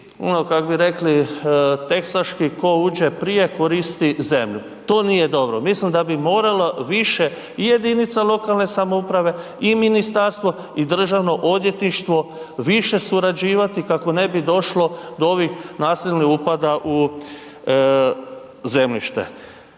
kak bi rekli teksaški, tko uđe prije koristi zemlju, to nije dobro, mislim da bi morala više i jedinica lokalne samouprave i ministarstvo i državno odvjetništvo više surađivati kako ne bi došlo do ovih nasilni upada u zemljište.